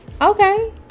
Okay